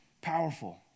Powerful